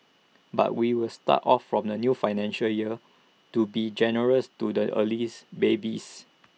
but we will start of from the new financial year to be generous to the early babies